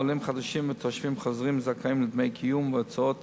עולים חדשים ותושבים חוזרים זכאים לדמי קיום והוצאות